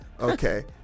Okay